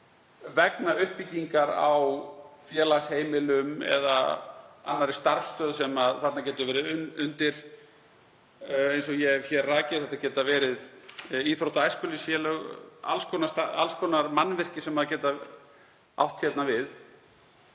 vegna uppbyggingar á félagsheimilum eða annarri starfsstöð sem þarna getur verið undir — eins og ég hef hér rakið geta þetta verið íþrótta- og æskulýðsfélög, alls konar mannvirki sem geta átt hér við